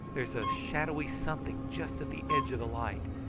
there's a shadowy something just at the edge of the light.